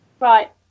Right